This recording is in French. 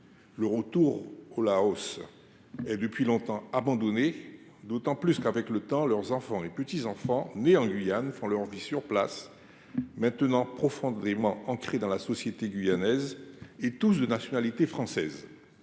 retour au Laos est depuis longtemps abandonnée, d’autant qu’avec le temps, leurs enfants et petits enfants nés en Guyane ont fait leur vie sur place, maintenant profondément ancrée dans la société guyanaise, et sont tous de nationalité française.